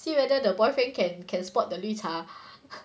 see whether the boyfriend can can spot the 绿茶